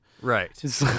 Right